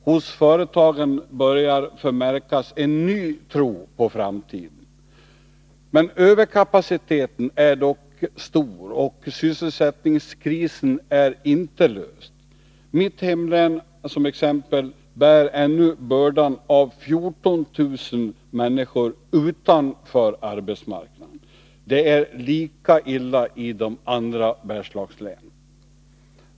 Hos företagen börjar förmärkas en ny tro på framtiden. Överkapaciteten är dock stor och sysselsättningskrisen är inte löst. Mitt hemlän t.ex. bär ännu bördan av 14 000 människor utanför arbetsmarknaden. Det är lika illa i de andra Bergslagslänen.